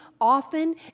often